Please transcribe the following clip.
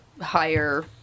higher